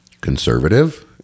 conservative